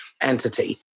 entity